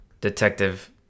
Detective